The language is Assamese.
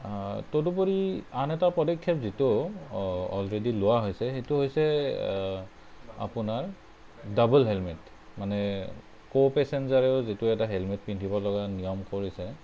তদুপৰি আন এটা পদক্ষেপ যিটো অ অলৰেডি লোৱা হৈছে সেইটো হৈছে আপোনাৰ ডাবল হেলমেট মানে কো পেচেঞ্জাৰেও যিটো এটা হেলমেট পিন্ধিব লগা নিয়ম কৰিছে